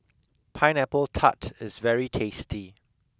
Pineapple Tart is very tasty